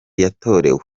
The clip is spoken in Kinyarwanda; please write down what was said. yatorewe